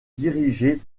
dirigé